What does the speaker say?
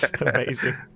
Amazing